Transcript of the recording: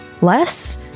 less